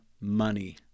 money